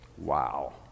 Wow